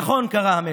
נכון! קרא המלך,